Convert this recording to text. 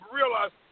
realize